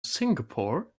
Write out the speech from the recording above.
singapore